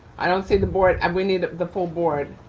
i don't see the board and we need the full board.